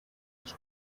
els